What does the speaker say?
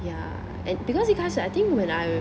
ya and because 一开始 I think when I